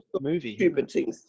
movie